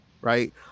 right